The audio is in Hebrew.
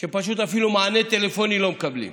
שפשוט אפילו מענה טלפוני לא מקבלים.